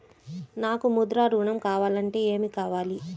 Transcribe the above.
నాకు ముద్ర ఋణం కావాలంటే ఏమి కావాలి?